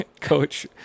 coach